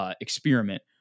experiment